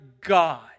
God